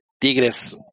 Tigres